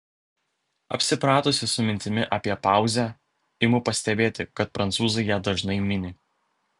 apsipratusi su mintimi apie pauzę imu pastebėti kad prancūzai ją dažnai mini